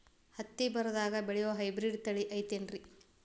ಹತ್ತಿ ಬರದಾಗ ಬೆಳೆಯೋ ಹೈಬ್ರಿಡ್ ತಳಿ ಐತಿ ಏನ್ರಿ?